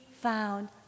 found